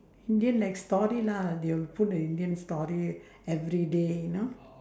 indian like story lah they will put a indian story every day you know